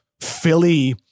Philly